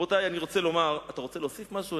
אתה רוצה להוסיף משהו?